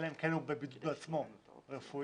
אלא אם כן הוא בעצמו בבידוד רפואי,